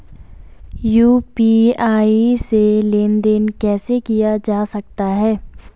UPI से लेनदेन कैसे किया जा सकता है?